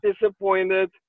disappointed